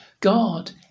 God